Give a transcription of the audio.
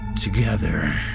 Together